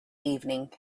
evening